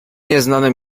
nieznane